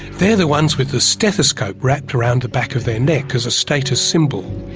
they're the ones with the stethoscope wrapped around the back of their neck as a status symbol.